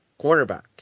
cornerback